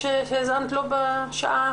לא בשלב